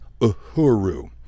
Uhuru